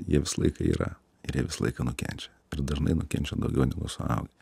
jie visą laiką yra ir jie visą laiką nukenčia ir dažnai nukenčia daugiau negu suaugę